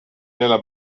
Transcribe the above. nella